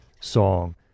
song